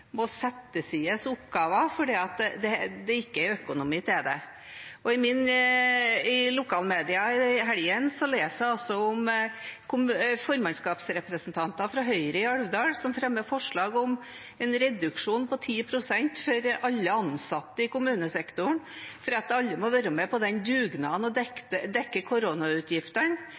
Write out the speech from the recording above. må sette til side oppgaver fordi det ikke er økonomi til det. I lokalmedia i helgen leste jeg om formannskapsrepresentanter fra Høyre i Alvdal som fremmer forslag om en reduksjon på 10 pst. for alle ansatte i kommunesektoren fordi alle må være med på dugnaden og dekke koronautgiftene.